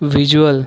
visual